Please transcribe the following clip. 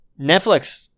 Netflix